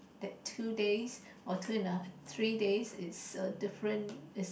that two days or two and a three days is a different